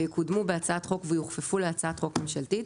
ויקודמו בהצעת חוק ויוכפפו להצעת חוק ממשלתית.